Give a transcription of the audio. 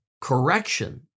correction